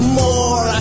more